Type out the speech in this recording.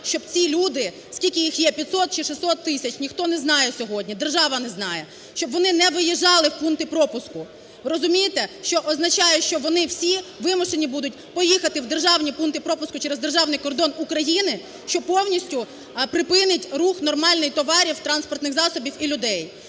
щоб ці люди - скільки їх є, 500 чи 600 тисяч, ніхто не знає сьогодні, держава не знає,- щоб вони не виїжджали в пункти пропуску. Розумієте, що означає, що вони всі вимушені будуть поїхати в державні пункти пропуску через державний кордон України, що повністю припинить рух нормальний товарів, транспортних засобів і людей.